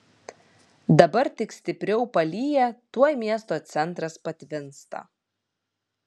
dabar tik stipriau palyja tuoj miesto centras patvinsta